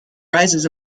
rises